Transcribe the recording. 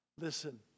Listen